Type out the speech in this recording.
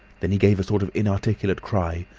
then he gave a sort of inarticulate cry,